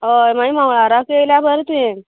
हय मागीर मंगळाराक तूं येयल्यार बरें तें